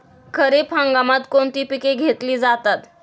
खरीप हंगामात कोणती पिके घेतली जातात?